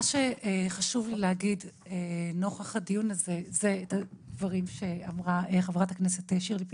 חשוב לי להגיד נוכח הדיון הזה אלה דברים שאמרה חברת הכנסת שירלי פינטו,